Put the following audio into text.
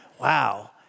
Wow